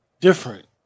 different